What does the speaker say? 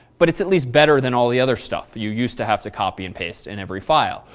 but it's at least better than all the other stuff you use to have to copy and paste in every file.